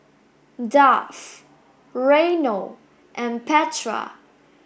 Duff Reynold and Petra